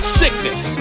sickness